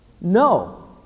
No